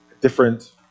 different